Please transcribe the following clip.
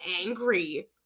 angry